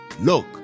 look